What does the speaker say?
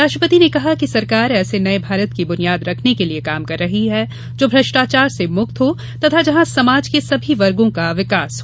राष्ट्रपति ने कहा कि सरकार ऐसे नए भारत की बुनियाद रखने के लिए काम कर रही है जो भ्रष्टाचार से मुक्त हो तथा जहां समाज के सभी वर्गों का विकास हो